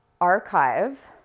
archive